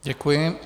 Děkuji.